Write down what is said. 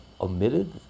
omitted